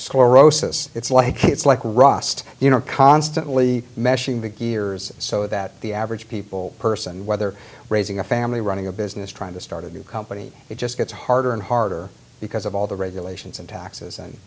sclerosis it's like it's like rust you know constantly meshing figures so that the average people person whether raising a family running a business trying to start a new company it just gets harder and harder because of all the regulations